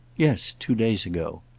yes, two days ago.